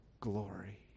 glory